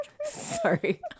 Sorry